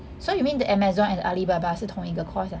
so you mean the Amazon and Alibaba 是同一个 course ah